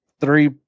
three